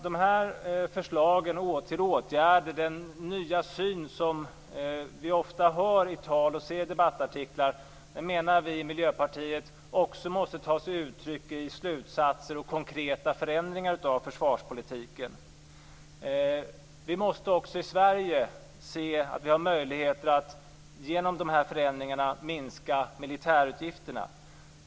De här förslagen till åtgärder och den nya syn som vi ofta hör i tal och ser i debattartiklar menar vi i Miljöpartiet också måste ta sig uttryck i slutsatser och konkreta förändringar av försvarspolitiken. Vi måste också i Sverige se att vi har möjligheter att genom dessa förändringar minska militärutgifterna.